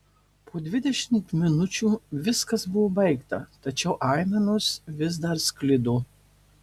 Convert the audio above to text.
po dvidešimt minučių viskas buvo baigta tačiau aimanos vis dar sklido